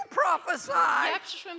prophesy